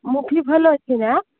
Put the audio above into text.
movie ଭଲ ଅଛି ନା